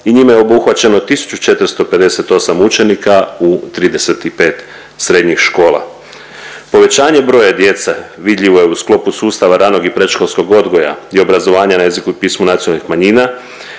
i njime je obuhvaćeno 1458 učenika u 35 srednjih škola. Povećanje broja djece vidljivo je u sklopu sustava ranog i predškolskog odgoja i obrazovanja na jeziku i pismu nacionalnih manjina,